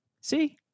See